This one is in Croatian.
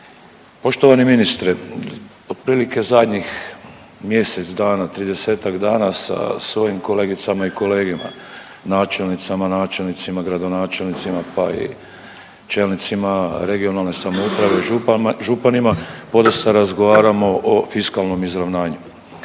poštovani ministre otprilike zadnjih mjesec dana 30-ak dana sa svojim kolegicama i kolegama, načelnicama, načelnicima, gradonačelnicima pa i čelnicima regionalne samouprave županima podosta razgovaramo o fiskalnom izravnanju.